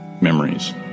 memories